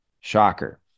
Shocker